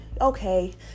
okay